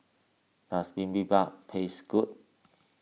does Bibimbap taste good